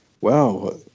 wow